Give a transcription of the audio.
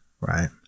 right